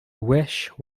wish